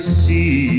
see